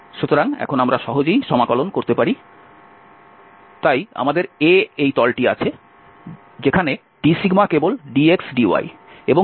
সুতরাং এখন আমরা সহজেই সমাকলন করতে পারি সুতরাং আমাদের A এর তলটি আছে যেখানে d কেবল dx dy এবং z 1